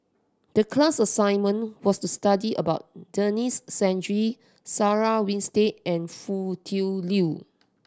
the class assignment was to study about Denis Santry Sarah Winstedt and Foo Tui Liew